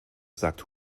sagt